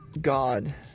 God